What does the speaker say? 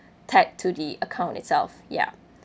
tagged to the account itself ya